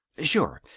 sure.